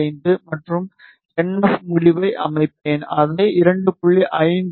45 மற்றும் என்எஃப் முடிவை அமைப்பேன் அதை 2